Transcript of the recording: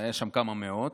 היו שם כמה מאות,